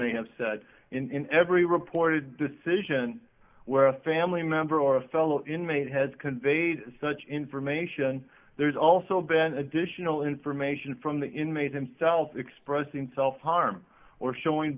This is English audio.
may have said in every reported decision where a family member or a fellow inmate has conveyed such information there's also been additional information from the inmate himself expressing self harm or showing